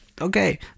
Okay